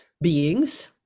beings